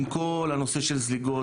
עם כל הנושא של זליגות.